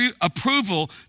approval